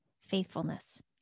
faithfulness